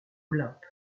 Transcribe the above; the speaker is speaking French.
olympe